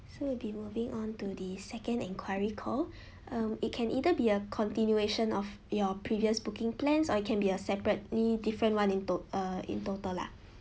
so we'll moving on to the second enquiry call um it can either be a continuation of your previous booking plans or it can be a separately different one in tot~ uh in total lah